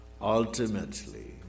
ultimately